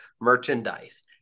merchandise